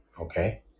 Okay